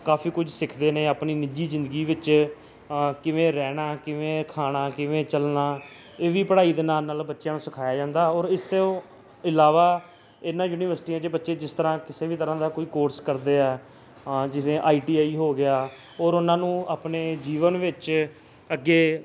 ਕਾਫੀ ਕੁਝ ਸਿੱਖਦੇ ਨੇ ਆਪਣੀ ਨਿੱਜੀ ਜ਼ਿੰਦਗੀ ਵਿੱਚ ਕਿਵੇਂ ਰਹਿਣਾ ਕਿਵੇਂ ਖਾਣਾ ਕਿਵੇਂ ਚੱਲਣਾ ਇਹਦੀ ਪੜ੍ਹਾਈ ਦੇ ਨਾਲ ਨਾਲ ਬੱਚਿਆਂ ਨੂੰ ਸਿਖਾਇਆ ਜਾਂਦਾ ਔਰ ਇਸ ਤੋਂ ਇਲਾਵਾ ਇਹਨਾਂ ਯੂਨੀਵਰਸਿਟੀਆਂ 'ਚ ਬੱਚੇ ਜਿਸ ਤਰ੍ਹਾਂ ਕਿਸੇ ਵੀ ਤਰ੍ਹਾਂ ਦਾ ਕੋਈ ਕੋਰਸ ਕਰਦੇ ਆ ਹਾਂ ਜਿਵੇਂ ਆਈ ਟੀ ਆਈ ਹੋ ਗਿਆ ਔਰ ਉਹਨਾਂ ਨੂੰ ਆਪਣੇ ਜੀਵਨ ਵਿੱਚ ਅੱਗੇ